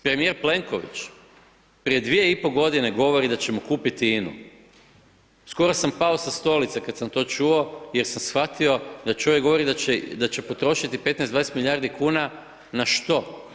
Premijer Plenković prije dvije i po godine govori da ćemo kupiti INA-u, skoro sam pao sa stolice kad sam to čuo, jer sam shvatio da čovjek govori da će potrošiti 15, 20 milijardi kuna na što?